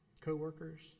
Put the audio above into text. co-workers